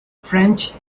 french